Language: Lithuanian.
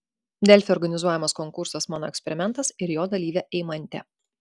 delfi organizuojamas konkursas mano eksperimentas ir jo dalyvė eimantė